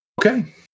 Okay